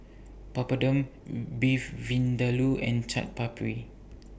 Papadum Beef Vindaloo and Chaat Papri